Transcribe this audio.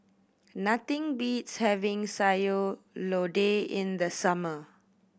nothing beats having Sayur Lodeh in the summer